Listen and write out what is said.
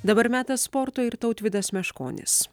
dabar metas sportui ir tautvydas meškonis